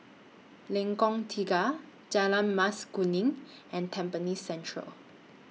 Lengkong Tiga Jalan Mas Kuning and Tampines Central